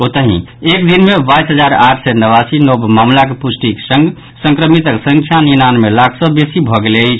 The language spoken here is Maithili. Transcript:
ओतहि एक दिन मे बाईस हजार आठ सय नवासी नव मामिलाक पुष्टिक संग संक्रमितक संख्या निनानबे लाख सँ बेसी भऽ गेल अछि